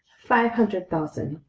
five hundred thousand.